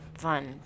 fun